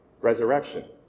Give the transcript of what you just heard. Resurrection